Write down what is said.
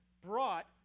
brought